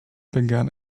began